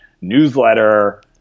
newsletter